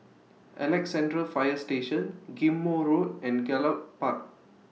Alexandra Fire Station Ghim Moh Road and Gallop Park